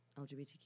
LGBTQ